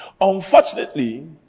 unfortunately